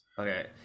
Okay